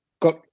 got